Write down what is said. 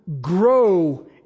grow